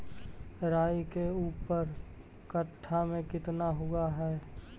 राई के ऊपर कट्ठा में कितना हुआ है?